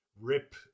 rip